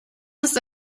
ist